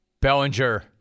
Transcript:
Bellinger